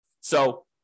So-